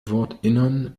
wortinneren